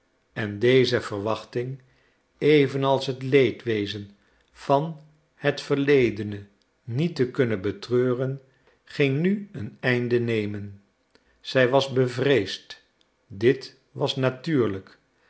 en deze verwachting evenals het leedwezen van het verledene niet te kunnen betreuren ging nu een einde nemen zij was bevreesd dit was natuurlijk